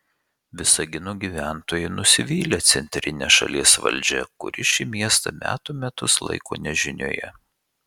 visagino gyventojai nusivylę centrine šalies valdžia kuri šį miestą metų metus laiko nežinioje